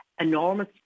enormous